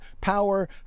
power